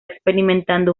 experimentando